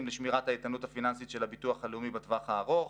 לשמירת האיתנות הפיננסית של הביטוח הלאומי בטווח הארוך.